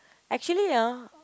actually ah